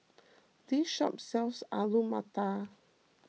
this shop sells Alu Matar